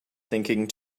thinking